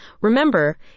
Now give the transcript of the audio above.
Remember